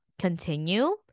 continue